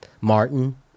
Martin